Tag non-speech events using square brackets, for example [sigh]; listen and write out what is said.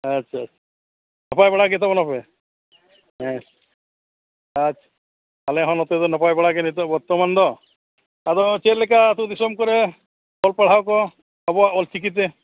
ᱟᱪᱪᱷᱟ ᱱᱟᱯᱟᱭ ᱵᱟᱲᱟ ᱜᱮᱛᱟᱵᱚᱱᱟᱯᱮ ᱦᱮᱸ [unintelligible] ᱟᱞᱮᱦᱚᱸ ᱱᱚᱛᱮᱫᱚ ᱱᱟᱯᱟᱭ ᱵᱟᱲᱟᱜᱮ ᱱᱤᱛᱚᱜ ᱵᱚᱨᱛᱚᱢᱟᱱᱫᱚ ᱟᱫᱚ ᱪᱮᱫᱞᱮᱠᱟ ᱟᱛᱳᱼᱫᱤᱥᱚᱢ ᱠᱚᱨᱮ ᱚᱞᱼᱯᱟᱲᱦᱟᱣᱠᱚ ᱟᱵᱚᱣᱟᱜ ᱚᱞ ᱪᱤᱠᱤᱛᱮ